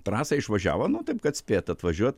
trasą išvažiavo nu taip kad spėt atvažiuot